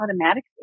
automatically